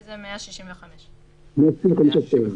זה 165 שקלים.